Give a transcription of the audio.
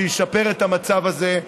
שישפר את המצב הזה.